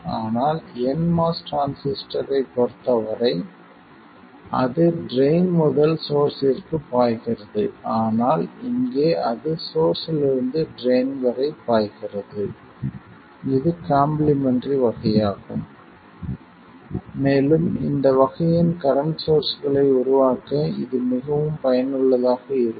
ஆனால் nMOS டிரான்சிஸ்டரைப் பொறுத்தவரை அது ட்ரைன் முதல் சோர்ஸ்ஸிற்கு பாய்கிறது ஆனால் இங்கே அது சோர்ஸ்ஸிலிருந்து ட்ரைன் வரை பாய்கிறது இது காம்ப்ளிமெண்ட்ரி வகையாகும் மேலும் இந்த வகையின் கரண்ட் சோர்ஸ்களை உருவாக்க இது மிகவும் பயனுள்ளதாக இருக்கும்